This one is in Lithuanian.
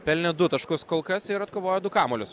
pelnė du taškus kol kas ir atkovojo du kamuolius